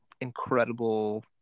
incredible